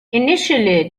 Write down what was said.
initially